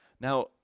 Now